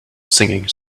singing